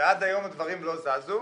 ועד היום הדברים לא זזו.